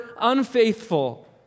unfaithful